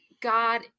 God